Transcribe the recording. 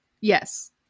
Yes